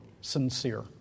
sincere